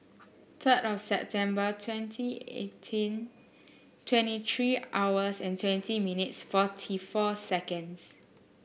third of September twenty eighteen twenty three hours and twenty minutes forty four seconds